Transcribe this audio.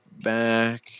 back